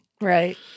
Right